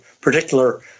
particular